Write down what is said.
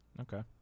Okay